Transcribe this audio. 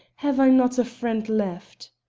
have i not a friend left?